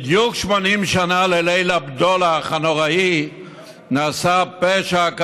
בדיוק 80 שנה לליל הבדולח הנוראי נעשה פשע,